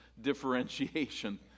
differentiation